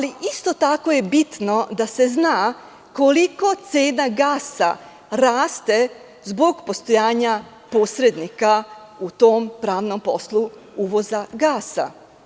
Isto tako je bitno da se zna koliko cena gasa raste zbog postojanja posrednika u tom pravnom poslu uvoza gasa.